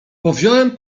powziąłem